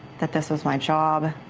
that this was my job.